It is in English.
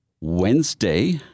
Wednesday